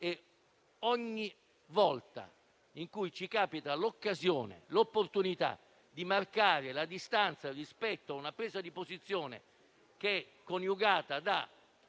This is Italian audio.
ogni volta in cui ci capitano l'occasione e l'opportunità di marcare la distanza rispetto a una presa di posizione caratterizzata da